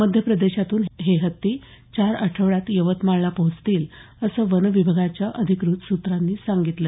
मध्य प्रदेशातून हे हत्ती चार आठवड्यात यवतमाळला पोहचतील असं वन विभागाच्या अधिकृत सूत्रांनी सांगितलं